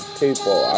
people